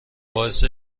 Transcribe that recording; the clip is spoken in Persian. باعث